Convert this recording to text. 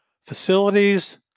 facilities